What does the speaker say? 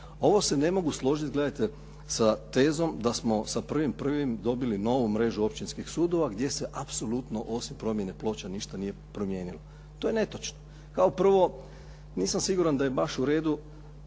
Ovo se ne mogu složiti, gledajte sa tezom da smo sa 1.1. dobili novu mrežu općinskih sudova gdje se apsolutno osim promjene ploča ništa nije promijenilo. To je netočno. Kao prvo, nisam siguran da je baš u redu